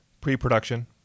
Pre-production